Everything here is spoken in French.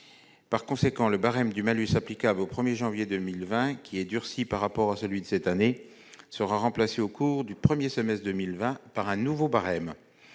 Par conséquent, le barème du malus applicable au 1 janvier 2020, qui est durci par rapport à celui de cette année, sera remplacé au cours du premier semestre 2020 par un nouveau barème.